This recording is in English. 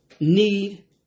need